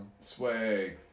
Swag